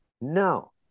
No